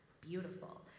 beautiful